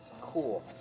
Cool